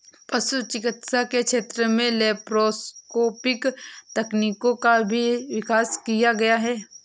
पशु चिकित्सा के क्षेत्र में लैप्रोस्कोपिक तकनीकों का भी विकास किया गया है